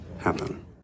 happen